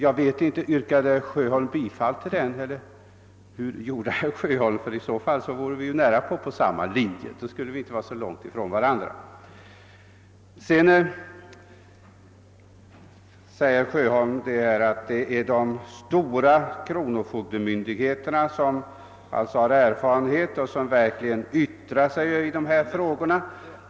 Jag vet inte om herr Sjöholm yrkade bifall till den — i så fall skulle våra linjer inte ligga så långt från varandra. Herr Sjöholm menade vidare att det bara är de stora kronofogdemyndigheterna, som har erfarenhet i dessa frågor, vilka verkligen yttrar sig i detta sammanhang.